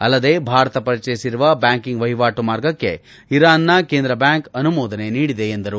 ಅಲ್ಲದೆ ಭಾರತ ಪರಿಚಯಿಸಿರುವ ಬ್ಲಾಂಕಿಂಗ್ ವಹಿವಾಟು ಮಾರ್ಗಕ್ಕೆ ಇರಾನ್ನ ಕೇಂದ್ರ ಬ್ಲಾಂಕ್ ಅನುಮೋದನೆ ನೀಡಿದೆ ಎಂದರು